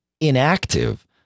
inactive